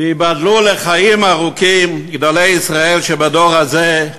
וייבדלו לחיים ארוכים גדולי ישראל שבדור הזה,